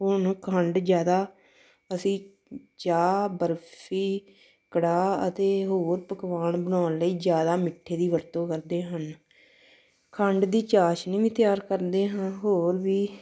ਉਹਨੂੰ ਖੰਡ ਜ਼ਿਆਦਾ ਅਸੀਂ ਚਾਹ ਬਰਫੀ ਕੜਾਹ ਅਤੇ ਹੋਰ ਪਕਵਾਨ ਬਣਾਉਣ ਲਈ ਜ਼ਿਆਦਾ ਮਿੱਠੇ ਦੀ ਵਰਤੋਂ ਕਰਦੇ ਹਨ ਖੰਡ ਦੀ ਚਾਸ਼ਨੀ ਵੀ ਤਿਆਰ ਕਰਦੇ ਹਾਂ ਹੋਰ ਵੀ